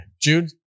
Jude